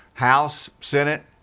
house, senate,